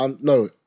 No